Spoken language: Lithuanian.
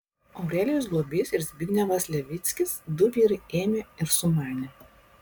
aurelijus globys ir zbignevas levickis du vyrai ėmė ir sumanė